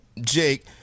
Jake